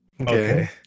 Okay